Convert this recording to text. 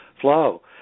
flow